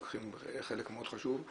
הם לוקחים חלק מאוד חשוב,